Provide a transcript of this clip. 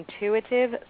intuitive